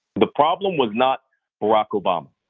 the problem was not barack obama.